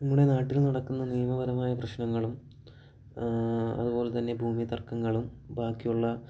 നമ്മുടെ നാട്ടിൽ നടക്കുന്ന നിയമപരമായ പ്രശ്നങ്ങളും അതുപോലെത്തന്നെ ഭൂമി തർക്കങ്ങളും ബാക്കിയുള്ള